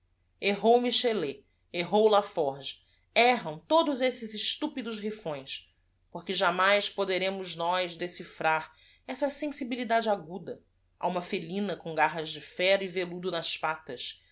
u ichelet errou aforgue erram todos esses estúpidos rifões porque jamais poderemos ó decifrar essa sensibilidade aguda alma fel i n a com garras de fra e velludo nas patas